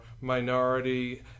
minority